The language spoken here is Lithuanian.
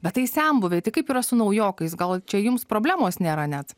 bet tai senbuviai tik kaip yra su naujokais gal čia jums problemos nėra net